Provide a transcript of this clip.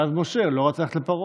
ואז משה לא רצה ללכת לפרעה.